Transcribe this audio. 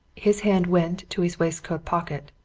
his hand went to his waistcoat pocket,